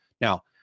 Now